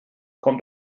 kommt